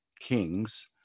kings